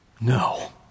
No